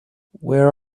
where